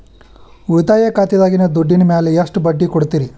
ಉಳಿತಾಯ ಖಾತೆದಾಗಿನ ದುಡ್ಡಿನ ಮ್ಯಾಲೆ ಎಷ್ಟ ಬಡ್ಡಿ ಕೊಡ್ತಿರಿ?